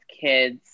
kids